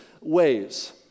ways